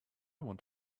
want